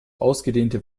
ausgedehnte